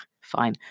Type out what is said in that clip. fine